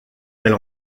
elle